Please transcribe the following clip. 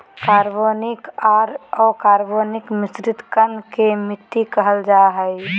कार्बनिक आर अकार्बनिक मिश्रित कण के मिट्टी कहल जा हई